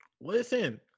Listen